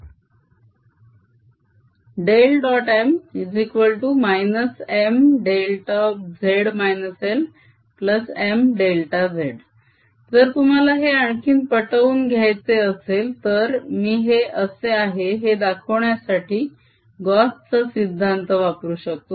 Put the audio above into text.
M Mδz LMδ जर तुम्हाला हे आणखीन पटवून घ्यायचे असेल तर मी हे असे आहे हे दाखवण्यासाठी गॉस चा सिद्धांत Gauss's law वापरू शकतो